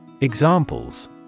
Examples